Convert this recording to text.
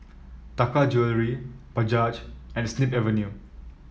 Taka Jewelry Bajaj and Snip Avenue